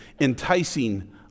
enticing